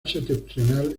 septentrional